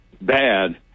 bad